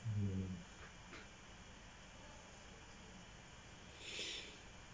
hmm